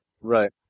Right